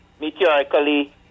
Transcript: meteorically